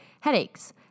headaches